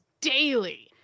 daily